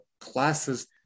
classes